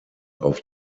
auf